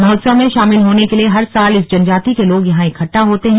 महोत्सव में शामिल होने के लिए हर वर्ष इस जनजाति के लोग यहां इकट्ठा होते हैं